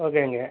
ஓகேங்க